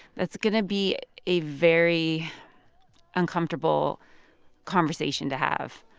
that's going to be a very uncomfortable conversation to have.